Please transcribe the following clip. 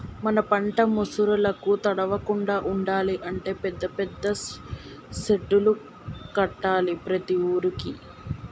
మన పంట ముసురులకు తడవకుండా ఉండాలి అంటే పెద్ద పెద్ద సెడ్డులు కట్టాలి ప్రతి ఊరుకి